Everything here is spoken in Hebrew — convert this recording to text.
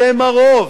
שהם הרוב,